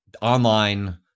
online